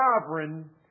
sovereign